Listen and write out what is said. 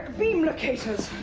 beam locators!